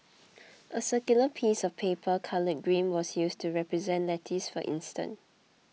a circular piece of paper coloured green was used to represent lettuce for instance